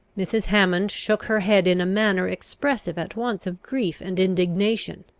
mrs. hammond shook her head in a manner expressive at once of grief and indignation.